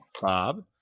bob